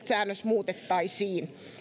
säännös muutettaisiin